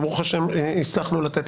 וברוך השם, הצלחנו לתת